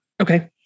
Okay